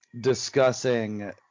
discussing